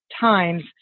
times